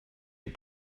had